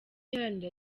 iharanira